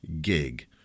gig